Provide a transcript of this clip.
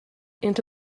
into